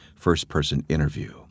FirstPersonInterview